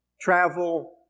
travel